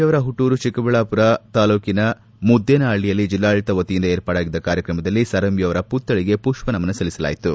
A ಅವರ ಹುಟ್ನೂರು ಚಿಕ್ಕಬಳ್ಳಾಪುರ ತಾಲೂಕಿನ ಮುದ್ದೇನಹಳ್ಳಿಯಲ್ಲಿ ಜಿಲ್ಲಾಡಳಿತ ವತಿಯಿಂದ ಏರ್ಪಾಡಾಗಿದ್ದ ಕಾರ್ಯಕ್ರಮದಲ್ಲಿ ಸರ್ ಎಂವಿ ಅವರ ಪುತ್ವಳಿಗೆ ಪುಷ್ವನಮನ ಸಲ್ಲಿಸಲಾಯಿತು